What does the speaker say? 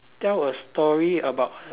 tell a story about